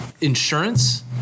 Insurance